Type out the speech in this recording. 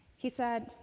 he said,